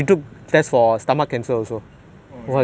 !wah! really !wah! !aiyo!